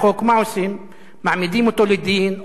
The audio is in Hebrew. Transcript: מעמידים אותו לדין או מכניסים אותו לבית-סוהר.